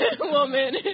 woman